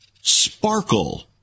Sparkle